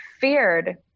feared